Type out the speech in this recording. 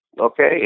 okay